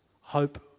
hope